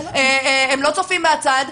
הם לא צופים מהצד,